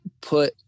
put